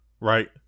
right